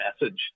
message